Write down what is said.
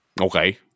Okay